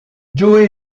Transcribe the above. joe